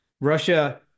Russia